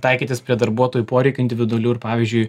taikytis prie darbuotojų poreikių individualių ir pavyzdžiui